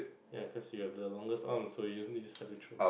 ya cause you have the longest arm so you just need somebody to throw up